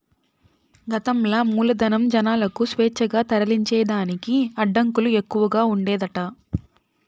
గతంల మూలధనం, జనాలకు స్వేచ్ఛగా తరలించేదానికి అడ్డంకులు ఎక్కవగా ఉండేదట